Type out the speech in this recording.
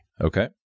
Okay